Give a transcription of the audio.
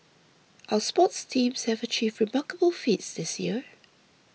our sports teams have achieved remarkable feats this year